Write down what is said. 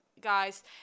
guys